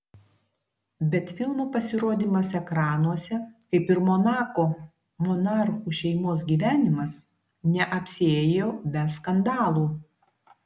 bet filmo pasirodymas ekranuose kaip ir monako monarchų šeimos gyvenimas neapsiėjo be skandalų